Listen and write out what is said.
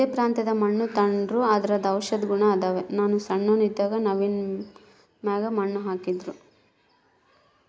ಯಾವ್ದೇ ಪ್ರಾಂತ್ಯದ ಮಣ್ಣು ತಾಂಡ್ರೂ ಅದರಾಗ ಔಷದ ಗುಣ ಅದಾವ, ನಾನು ಸಣ್ಣೋನ್ ಇದ್ದಾಗ ನವ್ವಿನ ಮ್ಯಾಗ ಮಣ್ಣು ಹಾಕ್ತಿದ್ರು